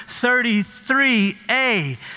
33a